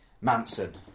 Manson